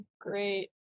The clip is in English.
great